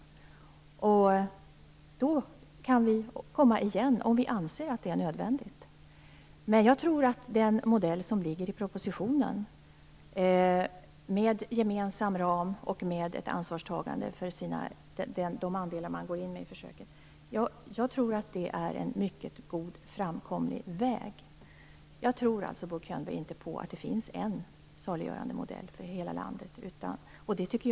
Då kan vi komma igen om vi anser att det är nödvändigt. Jag tror att den modell som ligger i propositionen, med gemensam ram och med ett ansvarstagande för de andelar som man går in med i försöken, är en mycket god och framkomlig väg. Jag tror alltså inte på att det finns en saliggörande modell för hela landet, Bo Könberg.